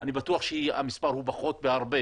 אני בטוח שהמספר הוא פחות בהרבה